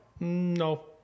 no